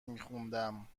میخوندم